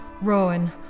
Rowan